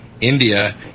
India